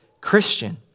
Christian